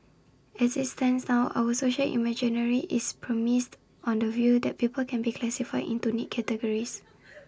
as IT stands now our social imaginary is premised on the view that people can be classified into neat categories